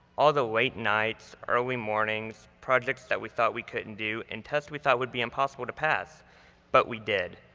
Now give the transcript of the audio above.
all the late nights, early mornings, projects that we thought we couldn't do, and tests we thought would be impossible to pass but we did.